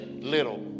little